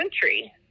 country